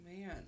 Man